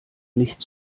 nicht